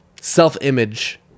self-image